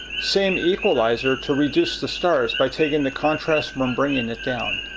same equalizer to reduce the stars by taking the contrast and um bringing it down.